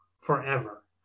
forever